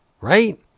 Right